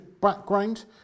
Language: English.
background